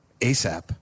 ASAP